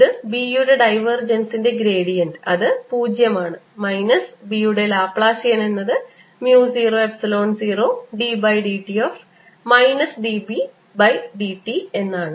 ഇത് B യുടെ ഡൈവർജൻസിന്റെ ഗ്രേഡിയൻറ് അത് പൂജ്യമാണ് മൈനസ് B യുടെ ലാപ്ലാസിയൻ എന്നത് mu 0 epsilon 0 d by d t of minus d B by d t എന്നാണ്